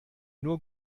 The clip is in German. nur